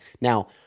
Now